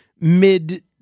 mid